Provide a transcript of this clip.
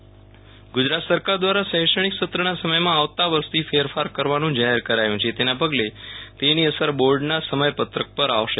શૈક્ષણિક સત્ત્ર ગુજરાત સરકાર દ્વારા શૈક્ષણિક સત્રના સમયમાં આવતા વર્ષથી ફેરફાર કરવાનું જાહેર કરાયું છે તેના પગલે તેની અસર બોર્ડના સમયપત્રક પર પણ આવશે